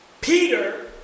Peter